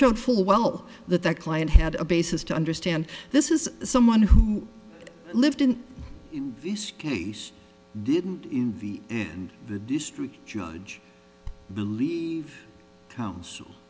showed full well that that client had a basis to understand this is someone who lived in this case didn't invade and the district judge believe